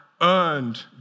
earned